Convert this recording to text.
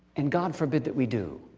and god forbid that we do.